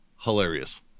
Hilarious